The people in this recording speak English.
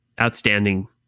outstanding